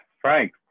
Frank